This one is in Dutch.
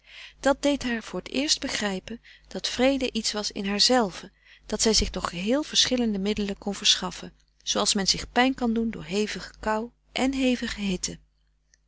dat deed haar voor t eerst begrijpen dat vrede iets was in haarzelve dat zij zich door geheel verschillende middelen kon verschaffen zooals men zich pijn kan doen door hevige kou en hevige hitte